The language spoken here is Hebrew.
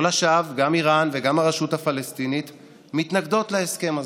לא לשווא גם איראן וגם הרשות הפלסטינית מתנגדות להסכם הזה,